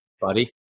buddy